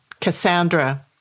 Cassandra